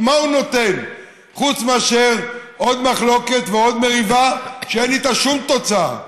מה הוא נותן חוץ מאשר עוד מחלוקת ועוד מריבה שאין איתה שום תוצאה?